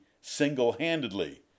single-handedly